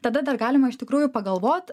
tada dar galima iš tikrųjų pagalvot